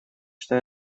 что